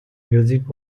music